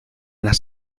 las